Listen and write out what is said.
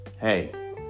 hey